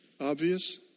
Obvious